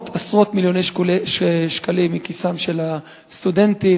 עשרות מיליוני שקלים מכיסם של הסטודנטים.